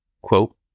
Quote